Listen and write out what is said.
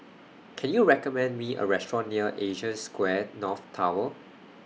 Can YOU recommend Me A Restaurant near Asia Square North Tower